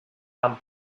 amb